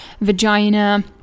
vagina